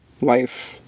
life